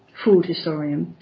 food historian.